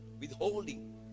withholding